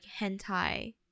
hentai